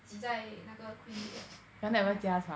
挤在那个 queen bed 的